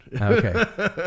Okay